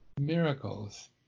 miracles